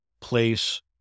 place